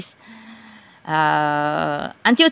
uh until